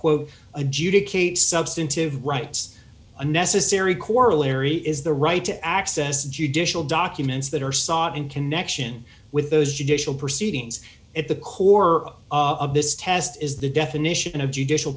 adjudicate substantive rights and necessary corollary is the right to access judicial documents that are sought in connection with those judicial proceedings at the core of this test is the definition of judicial